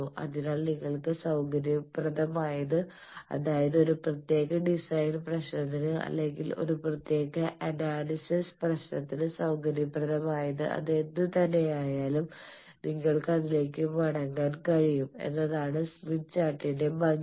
അതിനാൽ നിങ്ങൾക്ക് സൌകര്യപ്രദമായത് അതായത് ഒരു പ്രത്യേക ഡിസൈൻ പ്രശ്നത്തിന് അല്ലെങ്കിൽ ഒരു പ്രത്യേക അനാലിസിസ് പ്രശ്നത്തിന് സൌകര്യപ്രദമായത് അത് ഏതുതന്നെയായാലും നിങ്ങൾക്ക് അതിലേക്ക് മടങ്ങാൻ കഴിയും എന്നതാണ് സ്മിത്ത് ചാർട്ടിന്റെ ഭംഗി